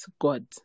God